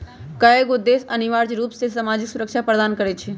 कयगो देश अनिवार्ज रूप से सामाजिक सुरक्षा प्रदान करई छै